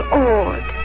awed